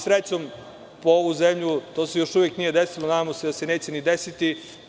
Srećom po ovu zemlju, to se još uvek nije desilo i nadamo se da se neće ni desiti.